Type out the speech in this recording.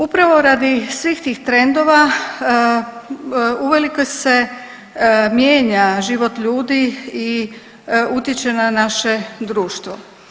Upravo radi svih tih trendova, uvelike se mijenja život ljudi i utječe na naše društvo.